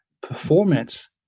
performance